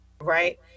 Right